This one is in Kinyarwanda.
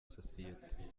sosiyete